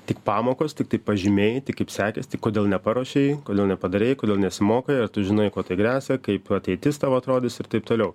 tik pamokos tiktai pažymiai tai kaip sekėsi kodėl neparuošei kodėl nepadarei kodėl nesimokai ar tu žinai kuo tai gresia kaip ateitis tavo atrodys ir taip toliau